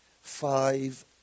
five